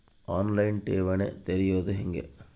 On line ಠೇವಣಿ ತೆರೆಯೋದು ಹೆಂಗ?